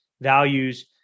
values